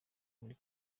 muri